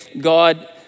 God